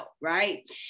right